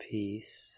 Peace